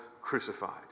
crucified